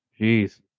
Jeez